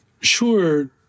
Sure